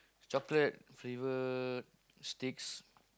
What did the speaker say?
chocolate flavoured sticks